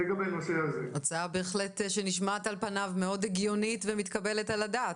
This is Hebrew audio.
הצעה שבהחלט נשמעת על פניה מאוד הגיונית ומתקבלת על הדעת,